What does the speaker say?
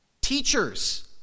Teachers